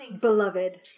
beloved